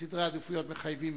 וסדרי העדיפויות מחייבים.